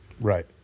Right